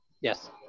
Yes